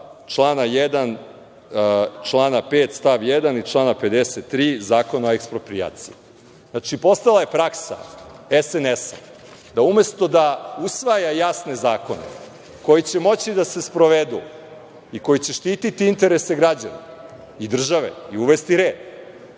odredba člana 5. stav 1. i člana 53. Zakona o eksproprijaciji. Znači, postala je praksa SNS-a da umesto da usvaja jasne zakone koji će moći da se sprovedu i koji će štititi interese građana i države i uvesti red.